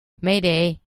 mayday